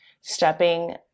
stepping